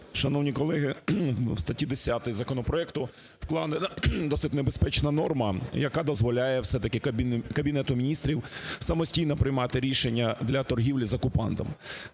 Шановні колеги, в статті 10 законопроекту вкладена досить небезпечна норма, яка дозволяє все-таки Кабінету Міністрів самостійно приймати рішення для торгівлі з окупантом.